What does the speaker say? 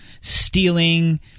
stealing